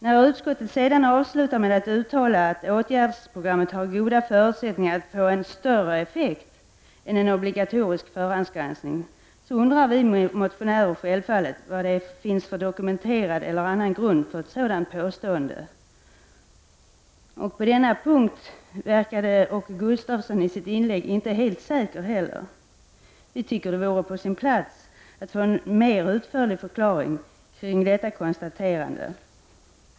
När utskottet sedan avslutar med att uttala att åtgärdsprogrammet har goda förutsättningar att få större effekt än obligatorisk förhandsgranskning, så undrar vi motionärer självfallet vad det finns för dokumenterad eller annan grund för ett sådant påstående. På denna punkt verkade Åke Gustavsson i sitt inlägg inte heller helt säker. Vi tycker att det vore på sin plats att få en mer utförlig förklaring kring detta konstaterande.